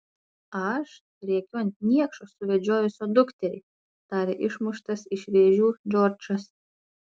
aš rėkiu ant niekšo suvedžiojusio dukterį tarė išmuštas iš vėžių džordžas